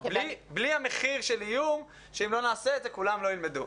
בלי המחיר של איום שאם לא נעשה את זה כולם לא ילמדו.